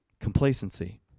complacency